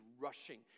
rushing